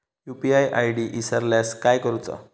UPI ID इसरल्यास काय करुचा?